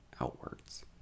outwards